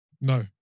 No